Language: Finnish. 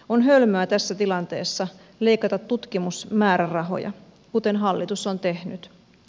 on hölmöä tässä tilanteessa leikata tutkimusmäärärahoja kuten hallitus on tehnyt